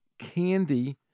Candy